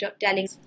telling